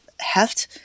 heft